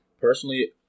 personally